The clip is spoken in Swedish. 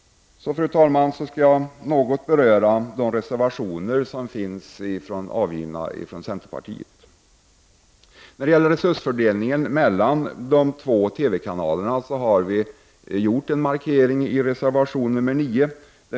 Fru talman! Jag skall något beröra de reservationer som har avgivits av centerpartiet. När det gäller resursfördelningen mellan de två TV-kanalerna har vi gjort en markering i reservation nr 9.